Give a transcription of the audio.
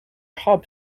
hub